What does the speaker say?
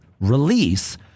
release